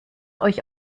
euch